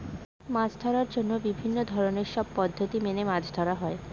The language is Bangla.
মাছ ধরার জন্য বিভিন্ন ধরনের সব পদ্ধতি মেনে মাছ ধরা হয়